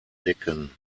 decken